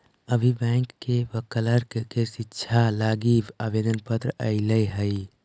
अभी बैंक के क्लर्क के रीक्षा लागी आवेदन पत्र आएलई हल